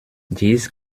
dies